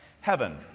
Heaven